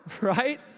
right